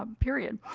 ah period.